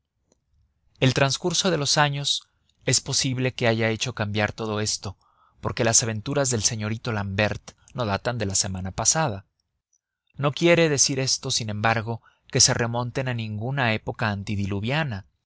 el transcurso de los años es posible que haya hecho cambiar todo esto porque las aventuras del señorito l'ambert no datan de la semana pasada no quiere decir esto sin embargo que se remonten a ninguna época